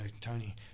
Tony